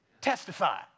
testify